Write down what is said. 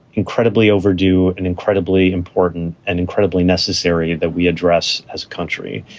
incredibly overdue and incredibly important and incredibly necessary that we address as a country.